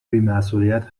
بیمسئولیت